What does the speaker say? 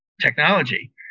technology